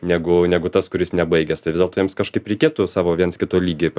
negu negu tas kuris nebaigęs tai vis dėlto jiems kažkaip reikėtų savo viens kito lygį